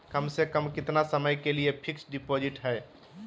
कम से कम कितना समय के लिए फिक्स डिपोजिट है?